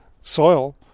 soil